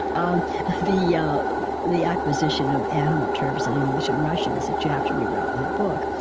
um the yeah ah the acquisition of animal terms in english and russian is a chapter we wrote in a book,